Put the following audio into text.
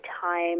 time